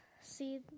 see